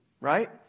right